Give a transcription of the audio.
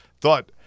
thought